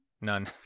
None